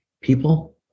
people